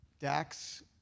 Dax